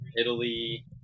Italy